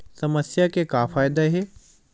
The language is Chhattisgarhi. समस्या के का फ़ायदा हे?